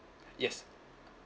yes